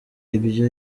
ibyo